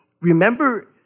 Remember